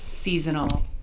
seasonal